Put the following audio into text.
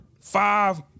five